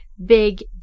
big